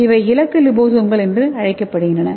இவை இலக்கு லிபோசோம்கள் என அழைக்கப்படுகிறது